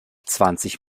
zwanzig